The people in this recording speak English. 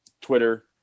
Twitter